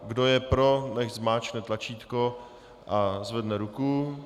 Kdo je pro, nechť zmáčkne tlačítko a zvedne ruku.